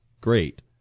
great